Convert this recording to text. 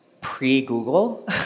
pre-Google